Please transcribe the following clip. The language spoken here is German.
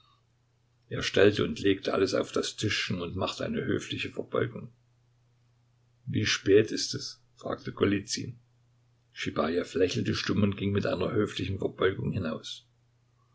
er stellte und legte alles auf das tischchen und machte eine höfliche verbeugung wie spät ist es fragte golizyn schibajew lächelte stumm und ging mit einer höflichen verbeugung hinaus